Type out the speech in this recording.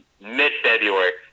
mid-February